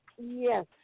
Yes